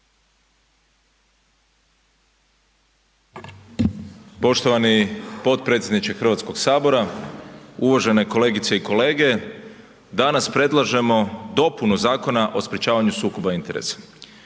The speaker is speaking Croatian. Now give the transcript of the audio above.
Poštovani potpredsjedniče Hrvatskog sabora, uvažene kolegice i kolege. Danas predlažemo dopunu Zakona o sprečavanju sukoba interesa.